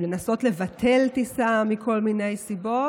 לנסות לבטל טיסה מכל מיני סיבות,